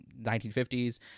1950s